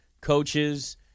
Coaches